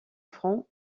front